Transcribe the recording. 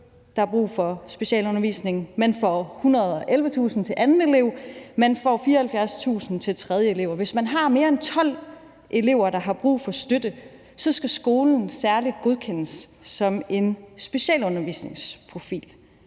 der har brug for specialundervisning. Man får 111.000 kr. til den næste elev, og man får 74.000 kr. til den tredje elev. Og hvis man har mere end 12 elever, der har brug for støtte, så skal skolen særligt godkendes i forhold til en specialundervisningsprofil.